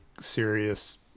serious